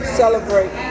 celebrate